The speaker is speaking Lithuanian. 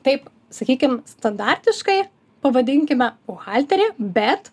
taip sakykim standartiškai pavadinkime buhalterė bet